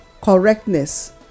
correctness